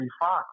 Fox